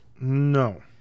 No